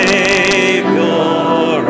Savior